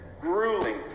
grueling